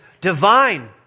divine